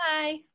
Bye